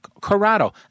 Corrado